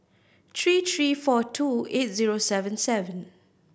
three three four two eight zero seven seven